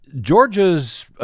Georgia's